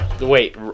Wait